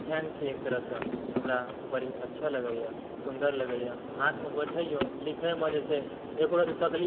fan छी एक तरह सॅं हमरा बड़ी अच्छा लगैया सुन्दर लगैया हाथ मे बैठैया लिखय मे जे छै एको रती तकलीफ़